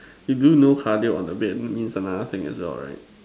you do know cardio on the bed means another thing as well right